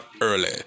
early